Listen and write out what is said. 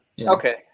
Okay